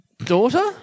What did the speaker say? Daughter